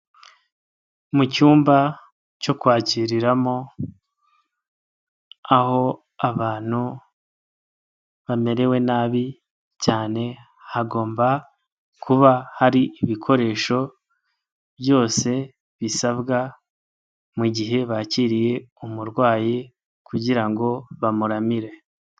Mu cyumba cyo kwakiriramo aho abantu bamerewe nabi cyane, hagomba kuba hari ibikoresho byose bisabwa mu gihe bakiriye umurwayi kugira ngo bamuramire.